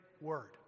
word